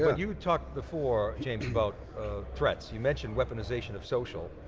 ah you talked before, james, about threats. you mentioned weaponization of social.